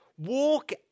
Walk